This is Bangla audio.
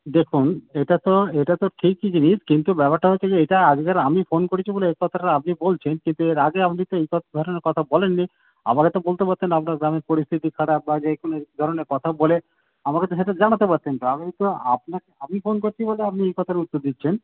দেখুন এটা তো এটা তো ঠিকই জিনিস কিন্তু ব্যাপারটা হচ্ছে যে এটা আজকের আমি ফোন করেছি বলে এ কথাটা আপনি বলছেন কিন্তু এর আগে আপনি তো এই ক ঘটনার কথা বলেননি আমাকে তো বলতে পারতেন আপনার গ্রামের পরিস্থিতি খারাপ বাজে ধরনের কথা বলে আমাকে তো সেটা জানাতে পারতেন তো আমি তো আপনাকে আমি ফোন করছি বলে আপনি এই কথার উত্তর দিচ্ছেন